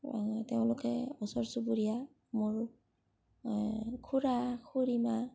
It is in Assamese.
তেওঁলোকে ওচৰ চুবুৰীয়া মোৰ খুৰা খুৰীমা